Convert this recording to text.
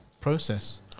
process